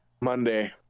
monday